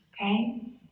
okay